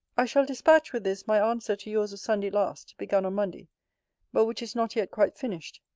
i shall dispatch, with this, my answer to your's of sunday last, begun on monday but which is not yet quite finished.